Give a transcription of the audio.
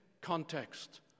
context